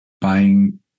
buying